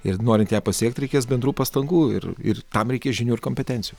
ir norint ją pasiekti reikės bendrų pastangų ir ir tam reikės žinių ir kompetencijos